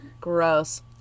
Gross